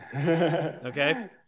Okay